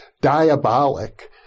diabolic